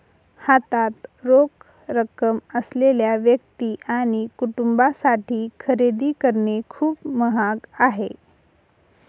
हातात रोख रक्कम असलेल्या व्यक्ती आणि कुटुंबांसाठी खरेदी करणे खूप महाग आहे